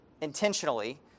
intentionally